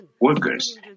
workers